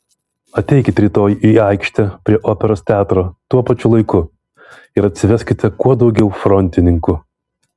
ateikit rytoj į aikštę prie operos teatro tuo pačiu laiku ir atsiveskite kuo daugiau frontininkų